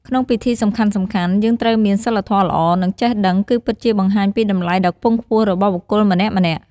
ក្នុងពិធីសំខាន់ៗយើងត្រូវមាន សីលធម៌ល្អ និង ចេះដឹង គឺពិតជាបង្ហាញពីតម្លៃដ៏ខ្ពង់ខ្ពស់របស់បុគ្គលម្នាក់ៗ។